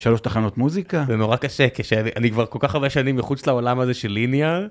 שלוש תחנות מוזיקה, זה נורא קשה, אני כבר כל כך הרבה שנים מחוץ לעולם הזה של ליניאר.